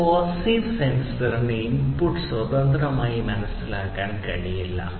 ഒരു പാസ്സീവ് സെൻസറിന് ഇൻപുട്ട് സ്വതന്ത്രമായി മനസ്സിലാക്കാൻ കഴിയില്ല